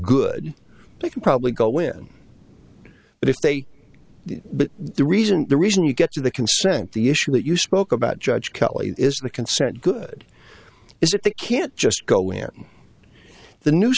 good they can probably go in but if they but the reason the reason you get to the consent the issue that you spoke about judge kelly is not consent good is that they can't just go in the n